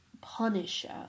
Punisher